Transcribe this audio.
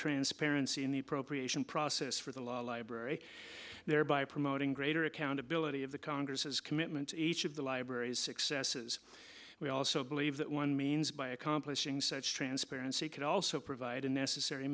transparency in the appropriation process for the library thereby promoting greater accountability of the congress commitment each of the libraries successes we also believe that one means by accomplishing such transparency could also provide a necessary